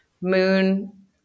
moon